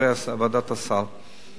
מוועדת הסל.